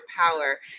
power